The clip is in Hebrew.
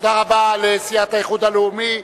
תודה רבה לסיעת האיחוד הלאומי.